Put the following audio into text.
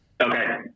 Okay